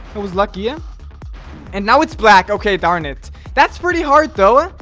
it was luckier and now it's black. okay darn it that's pretty hard though. ah